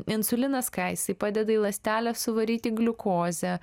insulinas ką jisai padeda į ląstelę suvaryti gliukozę